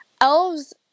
Elves